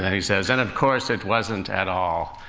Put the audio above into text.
he says, and, of course, it wasn't at all.